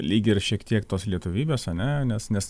lyg ir šiek tiek tos lietuvybės ar ne nes nes